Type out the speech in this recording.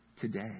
today